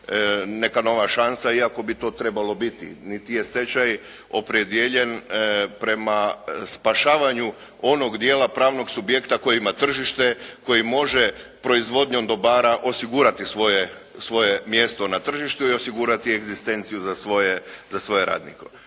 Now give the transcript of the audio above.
neka nova šansa iako bi to trebalo biti. Niti je stečaj opredijeljen prema spašavanju onog dijela pravnog subjekta koji ima tržište, koji može proizvodnjom dobara osigurati svoje mjesto na tržištu i osigurati egzistenciju za svoje radnike.